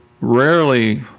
rarely